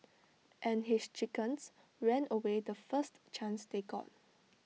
and his chickens ran away the first chance they got